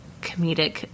comedic